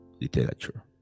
Literature